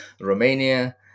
Romania